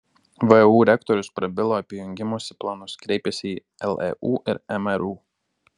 vu rektorius prabilo apie jungimosi planus kreipėsi į leu ir mru